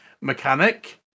mechanic